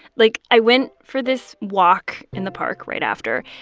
like, i went for this walk in the park right after,